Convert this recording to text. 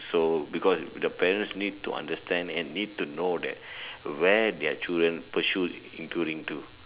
so because the parents need to understand and need to know that where their children pursuits including to